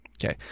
Okay